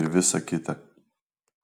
ir visa kita